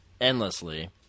endlessly